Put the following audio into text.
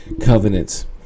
covenants